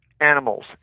animals